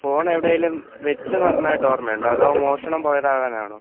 phone എവിടെയെങ്കിലും വെച്ച് മറന്നതായിട്ട് ഓർമ്മയുണ്ടോ അതോ മോഷണം പോയതാകാനാണോ